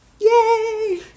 Yay